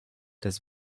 des